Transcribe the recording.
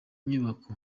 nyubako